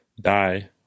die